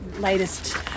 latest